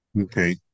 Okay